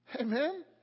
Amen